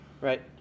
Right